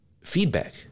feedback